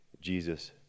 Jesus